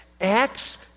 Acts